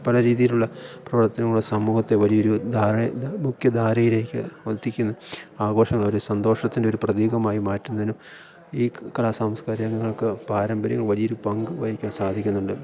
പല രീതിയിലുള്ള പ്രവർത്തനങ്ങളുള്ള സമൂഹത്തെ വലിയ ഒരു മുഖ്യധാരയിലേക്ക് എത്തിക്കുന്ന ആഘോഷങ്ങൾ വരെ സന്തോഷത്തിൻ്റെ ഒരു പ്രതീകമായി മാറ്റുന്നതിനും ഈ കലാസാംസ്കാരികങ്ങൾക്ക് പാരമ്പര്യം വലിയ ഒരു പങ്ക് വഹിക്കാൻ സാധിക്കുന്നുണ്ട്